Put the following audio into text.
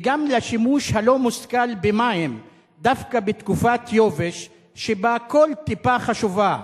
וגם לשימוש הלא-מושכל במים דווקא בתקופת יובש שבה כל טיפה חשובה,